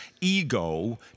ego